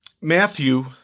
Matthew